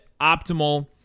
optimal